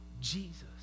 Jesus